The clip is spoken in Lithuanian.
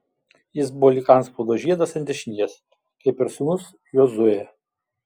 jis buvo lyg antspaudo žiedas ant dešinės kaip ir sūnus jozuė